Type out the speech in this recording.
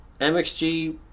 MXG